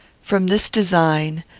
from this design,